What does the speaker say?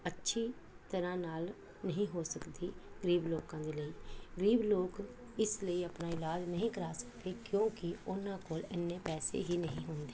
ਅੱਛੀ ਤਰ੍ਹਾਂ ਨਾਲ ਨਹੀਂ ਹੋ ਸਕਦੀ ਗਰੀਬ ਲੋਕਾਂ ਦੇ ਲਈ ਗਰੀਬ ਲੋਕ ਇਸ ਲਈ ਆਪਣਾ ਇਲਾਜ ਨਹੀਂ ਕਰਵਾ ਸਕਦੇ ਕਿਉਂਕਿ ਉਹਨਾਂ ਕੋਲ ਇੰਨੇ ਪੈਸੇ ਹੀ ਨਹੀਂ ਹੁੰਦੇ